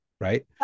right